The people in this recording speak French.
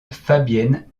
fabienne